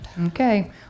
okay